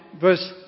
verse